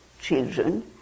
children